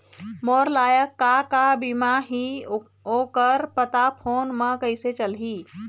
मोर लायक का का बीमा ही ओ कर पता फ़ोन म कइसे चलही?